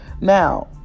Now